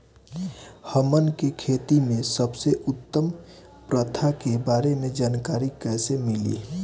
हमन के खेती में सबसे उत्तम प्रथा के बारे में जानकारी कैसे मिली?